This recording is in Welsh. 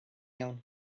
iawn